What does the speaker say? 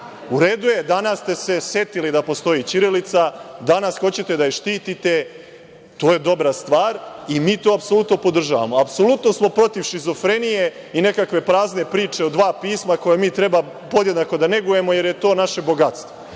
U redu je, danas ste se setili da postoji ćirilica, danas hoćete da je štitite. To je dobra stvar i mi to apsolutno podržavamo. Apsolutno smo protiv šizofrenije i nekakve prazne priče o dva pisma koja mi treba podjednako da negujemo, jer je to naše bogatstvo.